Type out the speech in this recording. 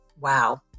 wow